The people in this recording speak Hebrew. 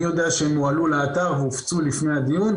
אני יודע שהם הועלו לאתר והופצו לפני הדיון,